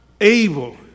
able